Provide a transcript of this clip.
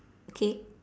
cake